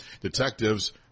Detectives